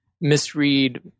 misread